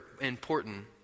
important